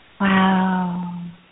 Wow